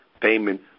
Payment